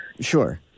Sure